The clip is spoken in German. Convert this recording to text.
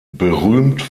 berühmt